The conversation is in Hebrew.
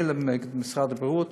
מילא, נגד משרד הבריאות.